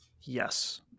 Yes